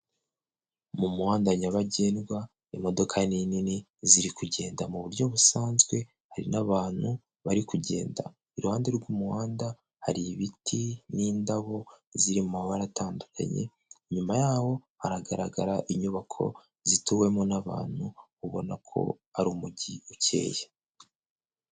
Mu muhanda nyabagendwa, imodoka nini nini ziri kugenda mu buryo busanzwe, hari n'abantu bari kugenda, iruhande rw'umuhanda, hari ibiti n'indabo zirimo amabara atandukanye, inyuma yaho hagaragara inyubako zituwemo n'abantu, ubona ko ari umujyi ukeye.